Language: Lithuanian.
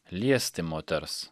liesti moters